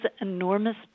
enormous